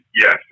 yes